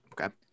Okay